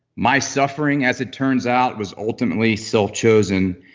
my suffering as it turns out was ultimately self-chosen.